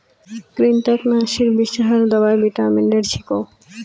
कृन्तकनाशीर विषहर दवाई विटामिनेर छिको